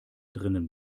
drinnen